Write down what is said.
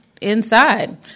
inside